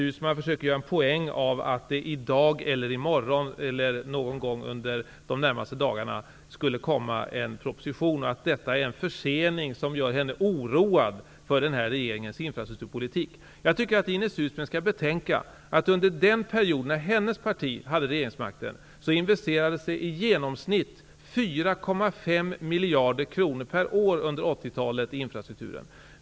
Ines Uusmann försöker göra en poäng av att det var meningen att det i dag eller i morgon eller någon gång under de närmaste dagarna skulle komma en proposition, och påstår att det rör sig om en försening som gör henne oroad för regeringens infrastrukturpolitik. Jag tycker att Ines Uusmann skall betänka att det under 80-talet -- en period då hennes parti hade regeringsmakten -- i genomsnitt investerades 4,5 miljarder kronor per år i infrastrukturen.